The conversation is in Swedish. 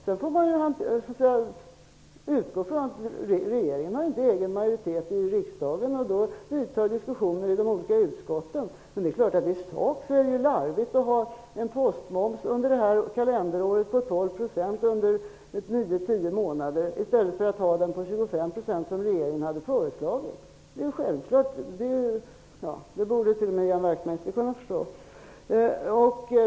Man får utgå från att regeringen inte har egen majoritet i riksdagen och då vidtar diskussionerna i de olika utskotten. Det är klart att det i sak är larvigt att under 9--10 månader det här kalenderåret ha en postmoms på 12 % i stället för 25 % som regeringen hade föreslagit. Detta är självklart, och det borde t.o.m. Ian Wachtmeister kunna förstå.